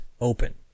open